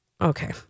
Okay